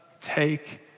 take